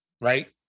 Right